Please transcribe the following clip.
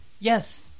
yes